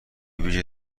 ویژه